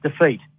defeat